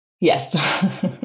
Yes